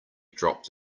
dropped